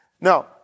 Now